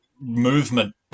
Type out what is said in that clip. movement